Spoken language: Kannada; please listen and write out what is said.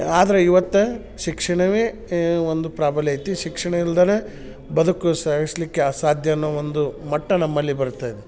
ಆದ್ರೆ ಇವತ್ತು ಶಿಕ್ಷಣವೇ ಒಂದು ಪ್ರಾಬಲ್ಯ ಐತಿ ಶಿಕ್ಷಣ ಇಲ್ದೇ ಬದುಕು ಸಾಗಿಸ್ಲಿಕ್ಕೆ ಅಸಾಧ್ಯ ಅನ್ನೋ ಒಂದು ಮಟ್ಟ ನಮ್ಮಲ್ಲಿ ಬರ್ತಾ ಇದೆ